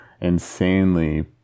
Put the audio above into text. insanely